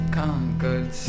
conquered